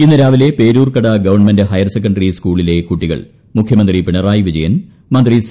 ഇന്ന് രാവിലെ Peroorkada government higher secondary സ്കൂളിലെ കുട്ടികൾ മുഖ്യമന്ത്രി പിണറായി വിജയൻ മന്ത്രി സി